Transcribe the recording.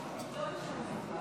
בעד, שלושה